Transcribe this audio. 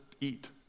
eat